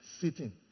sitting